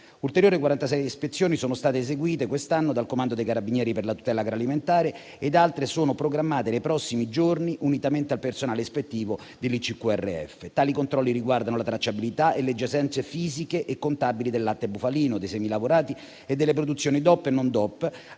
Ulteriori 46 ispezioni sono state eseguite quest'anno dal Comando dei carabinieri per la tutela agroalimentare ed altre sono programmate nei prossimi giorni, unitamente al personale ispettivo dell'ICQRF. Tali controlli riguardano la tracciabilità e le giacenze fisiche e contabili del latte bufalino, dei semilavorati e delle produzioni DOP e non DOP,